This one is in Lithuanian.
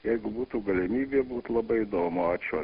jeigu būtų galimybė būtų labai įdomu ačiū